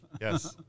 Yes